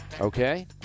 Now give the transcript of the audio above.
Okay